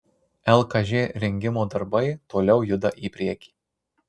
lkž rengimo darbai toliau juda į priekį